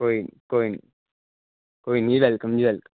ਕੋਈ ਨਹੀਂ ਕੋਈ ਨਹੀਂ ਕੋਈ ਨਹੀਂ ਵੈਲਕਮ ਜੀ ਵੈਲਕਮ